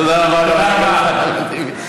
תודה רבה לחבר הכנסת אחמד טיבי.